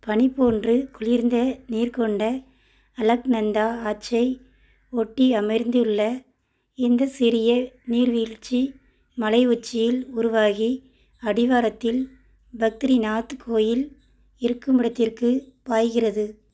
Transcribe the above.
பனி போன்று குளிர்ந்த நீர் கொண்ட அலக்நந்தா ஆற்றை ஒட்டி அமைந்துள்ள இந்தச் சிறிய நீர்வீழ்ச்சி மலை உச்சியில் உருவாகி அடிவாரத்தில் பத்ரிநாத் கோவில் இருக்குமிடத்திற்கு பாய்கிறது